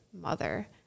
mother